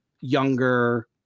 younger